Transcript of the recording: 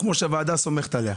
כמו שהוועדה סומכת עליה.